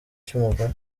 cy’umugore